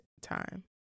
time